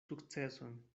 sukceson